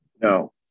No